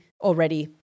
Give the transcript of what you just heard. already